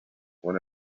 one